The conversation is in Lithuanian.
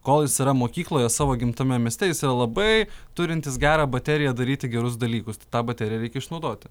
kol jis yra mokykloje savo gimtame mieste jis yra labai turintis gerą bateriją daryti gerus dalykus tai tą bateriją reikia išnaudoti